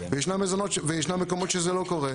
וישנם מקומות שזה לא קורה.